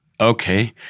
Okay